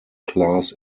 class